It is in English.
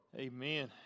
Amen